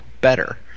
better